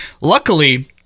Luckily